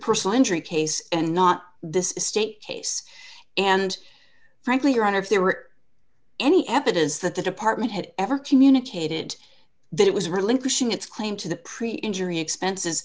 personal injury case and not this estate case and frankly your honor if there were any evidence that the department had ever communicated that it was relinquishing its claim to the pre injury expenses